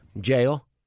Jail